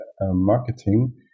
marketing